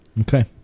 Okay